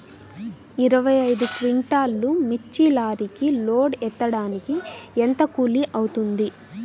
ఇరవై ఐదు క్వింటాల్లు మిర్చి లారీకి లోడ్ ఎత్తడానికి ఎంత కూలి అవుతుంది?